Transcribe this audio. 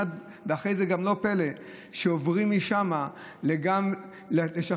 ואחרי זה גם לא פלא שעוברים משם גם ללשחרר